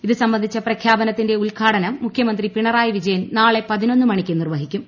ഇത് സംബന്ധിച്ച പ്രഖ്യാപനത്തിൻറെ ഉദ്ഘാടനം മുഖ്യമന്ത്രി പിണറായി വിജയൻ നാളെ പതിനൊന്നു മണിക്ക് നിർവഹിക്കും